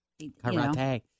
Karate